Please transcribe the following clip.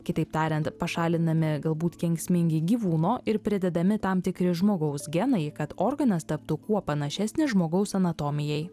kitaip tariant pašalinami galbūt kenksmingi gyvūno ir pridedami tam tikri žmogaus genai kad organas taptų kuo panašesnis žmogaus anatomijai